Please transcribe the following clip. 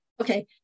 Okay